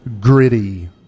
gritty